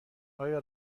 آیا